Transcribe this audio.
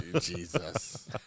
Jesus